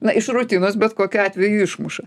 na iš rutinos bet kokiu atveju išmuša